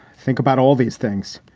think about all these things.